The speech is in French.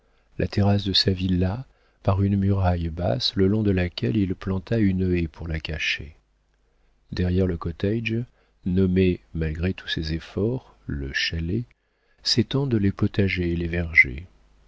la terrasse de sa villa par une muraille basse le long de laquelle il planta une haie pour la cacher derrière le cottage nommé malgré tous ses efforts le chalet s'étendent les potagers et les vergers